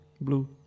blue